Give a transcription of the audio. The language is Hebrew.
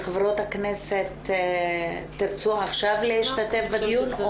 חברות הכנסת תרצו עכשיו להשתתף בדיון?